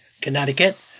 Connecticut